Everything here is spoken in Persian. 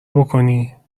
بکنی